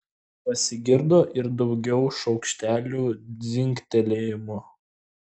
pasigirdo ir daugiau šaukštelių dzingtelėjimų